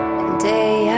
Day